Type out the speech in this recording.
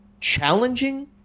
challenging